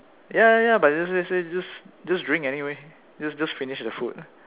ya ya ya but just just drink anyway just finish the food